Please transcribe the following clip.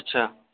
अच्छा